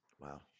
Wow